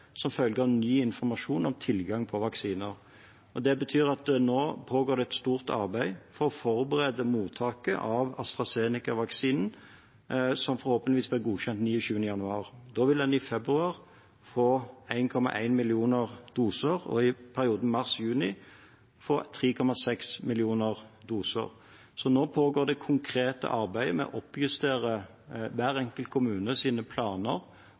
som følge av ny informasjon om tilgang på vaksiner. Det betyr at det nå pågår et stort arbeid for å forberede mottaket av AstraZeneca-vaksinen, som forhåpentligvis blir godkjent 29. januar. Da vil en i februar få 1,1 millioner doser og i perioden mars–juni få 3,6 millioner doser. Så nå pågår det konkrete arbeidet med å oppjustere hver enkelt kommunes planer